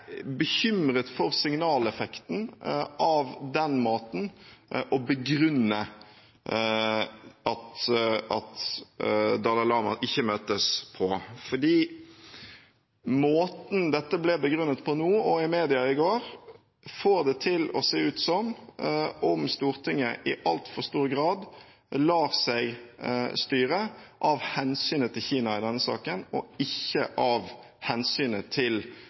bekymret for signaleffekten av den måten det at Dalai Lama ikke møtes, blir begrunnet på. Måten dette ble begrunnet på nå og i media i går, får det til å se ut som om Stortinget i altfor stor grad lar seg styre av hensynet til Kina i denne saken, og ikke av hensynet til